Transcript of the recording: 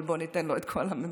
אבל בואו ניתן לו את כל המשטרה,